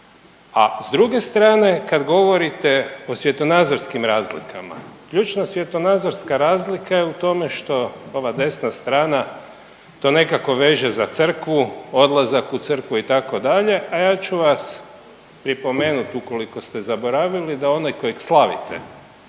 a s druge strane kad govorite o svjetonazorskim razlikama, ključna svjetonazorska razlika je u tome što ova desna strana to nekako veže za crkvu, odlazak u crkvu itd. A ja ću vas pripomenuti ukoliko ste zaboravili, da onaj kojeg slavite